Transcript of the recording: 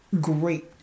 great